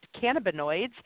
cannabinoids